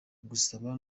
gusaba